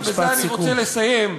ובזה אני רוצה לסיים,